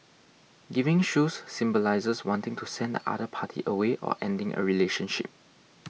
giving shoes symbolises wanting to send the other party away or ending a relationship